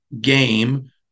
game